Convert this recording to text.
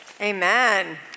Amen